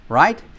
right